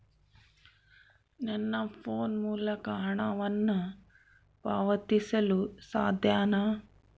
ನನ್ನ ಫೋನ್ ಮೂಲಕ ಹಣವನ್ನು ಪಾವತಿಸಲು ಸಾಧ್ಯನಾ?